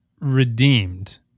redeemed